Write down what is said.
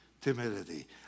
timidity